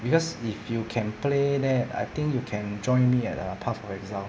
because if you can play that I think you can join me at uh path of exile